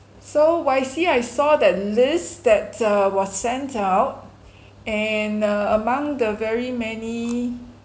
so wai see I saw that list that uh was sent out and uh among the very many